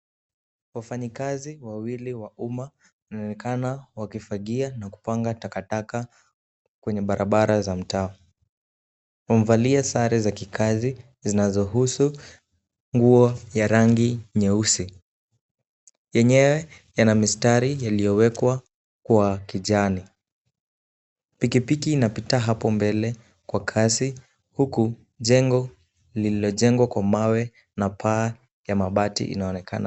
Wafanyikazi wawili wa umma, wanaonekana kufagia na kupanga taka kwenye barabara za mtaa. Wamevalia sare za kikazi zinazohusu nguo ya rangi nyeusi. Yenyewe yana mistari yaliyowekwa kwa kijani. Pikipiki inapita hapo mbele kwa kasi huku jengo lililojengwa kwa mawe na paa ya mabati linaonekana.